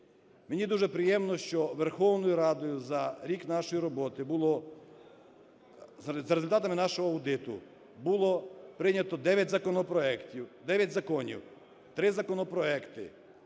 Мені дуже приємно, що Верховною Радою за рік нашої роботи було... за результатами нашого аудиту було прийнято 9 законопроектів…